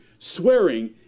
Swearing